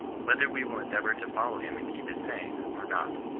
whether we will endeavour to follow him and keep his sayings, or not.